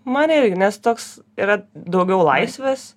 man irgi nes toks yra daugiau laisvės